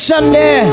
Sunday